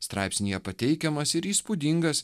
straipsnyje pateikiamas ir įspūdingas